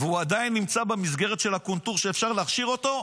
והוא עדיין נמצא במסגרת של הקונטור שאפשר להכשיר אותו,